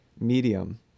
medium